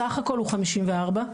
הסך הכל הוא חמישים וארבעה,